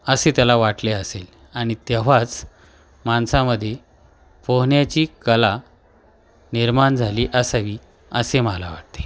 असे त्याला वाटले असेल आणि तेव्हाच माणसामध्ये पोहण्याची कला निर्माण झाली असावी असे मला वाटते